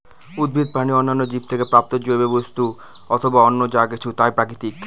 উদ্ভিদ, প্রাণী ও অন্যান্য জীব থেকে প্রাপ্ত জৈব বস্তু অথবা অন্য যা কিছু তাই প্রাকৃতিক